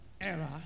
era